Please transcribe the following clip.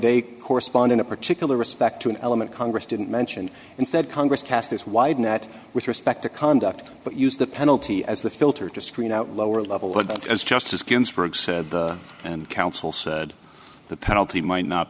they correspond in a particular respect to an element congress didn't mention instead congress cast this wide net with respect to conduct but used the penalty as the filter to screen out lower level but as justice ginsburg said and counsel said the penalty might not